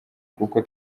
kuko